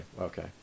Okay